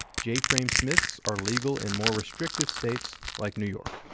j frame smiths are legal in more restrictive states like new york.